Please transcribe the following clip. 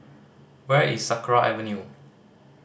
where is Sakra Avenue